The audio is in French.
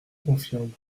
confirme